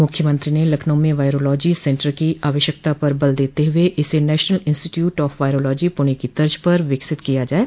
मुख्यमंत्री ने लखनऊ में वायरोलॉजी सेन्टर की आवश्यकता पर बल देते कहा कि इसे National Institute of Virology Pune की तर्ज पर विकसित किया जाये